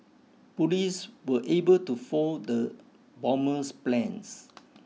police were able to foil the bomber's plans